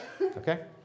Okay